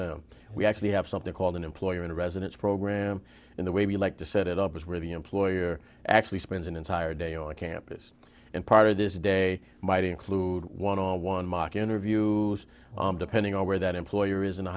them we actually have something called an employer in residence program and the way we like to set it up is where the employer actually spends an entire day on campus and part of this day might include one on one mock interview depending on where that employer is in the